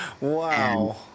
Wow